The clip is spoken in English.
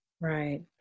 Right